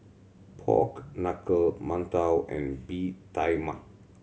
pork knuckle mantou and Bee Tai Mak